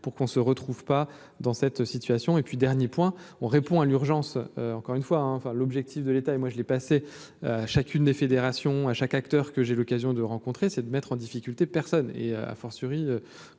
pour qu'on se retrouve pas dans cette situation et puis dernier point, on répond à l'urgence, encore une fois, enfin, l'objectif de l'État, et moi je l'ai passé à chacune des fédérations à chaque acteur que j'ai l'occasion de rencontrer, c'est de mettre en difficulté personne et a fortiori